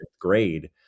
grade